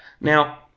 Now